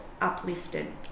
uplifted